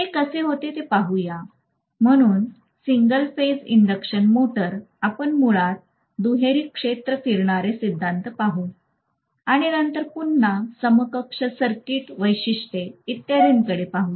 हे कसे होते ते पाहूया म्हणून सिंगल फेज इंडक्शन मोटर आपण मुळात दुहेरी क्षेत्र फिरणारे सिद्धांत पाहू आणि नंतर पुन्हा समकक्ष सर्किट वैशिष्ट्ये इत्यादीकडे पाहूया